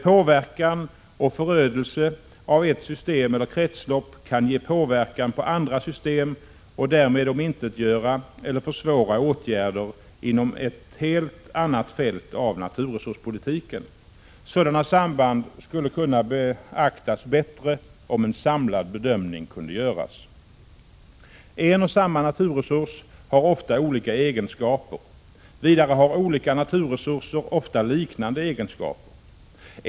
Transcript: Påverkan och förödelse av ett system eller ett kretslopp kan ge påverkan på andra system och därmed omintetgöra eller försvåra åtgärder inom ett helt annat fält av naturresurspolitiken. Sådana samband skulle kunna beaktas bättre om en samlad bedömning kunde göras. En och samma naturresurs har ofta olika egenskaper. Vidare har olika naturresurser ofta liknande egenskaper.